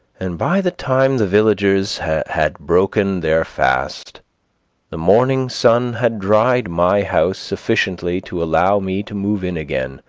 and by the time the villagers had had broken their fast the morning sun had dried my house sufficiently to allow me to move in again,